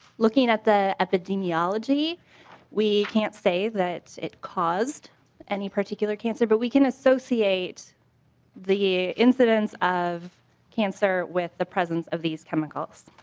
looking at the at the genealogy we can't say that it's cause any particular cancer but we can associate the incidence of cancer with the presence of these chemicals.